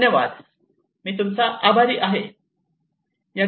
धन्यवाद मी तूमचा आभारी आहे